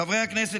חברי הכנסת,